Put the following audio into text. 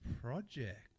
project